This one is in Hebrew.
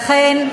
לכן,